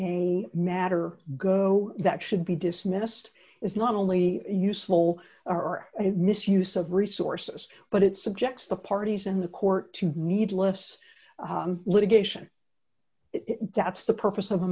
a matter go that should be dismissed is not only useful or a misuse of resources but it subjects the parties and the court to needless litigation that's the purpose of a